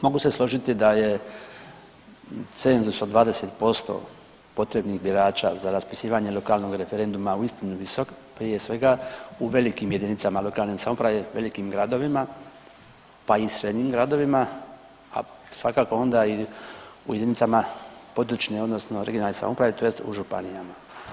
Mogu se složiti da je cenzus od 20% potrebnih birača za raspisivanje lokalnog referenduma uistinu visok, prije svega u velikim JLS-ovima i velikih gradovima, pa i srednjim gradovima, a svakako onda i u jedinicama područne odnosno regionalne samouprave tj. u županijama.